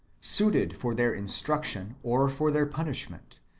suited, for their instruction or for their punishment,